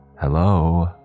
Hello